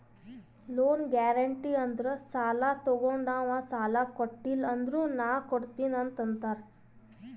loan guarantee ಅಂದುರ್ ಸಾಲಾ ತೊಗೊಂಡಾವ್ ಸಾಲಾ ಕೊಟಿಲ್ಲ ಅಂದುರ್ ನಾ ಕೊಡ್ತೀನಿ ಅಂತ್ ಅಂತಾರ್